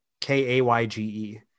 k-a-y-g-e